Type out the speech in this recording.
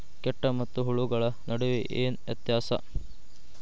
ಕೇಟ ಮತ್ತು ಹುಳುಗಳ ನಡುವೆ ಏನ್ ವ್ಯತ್ಯಾಸ?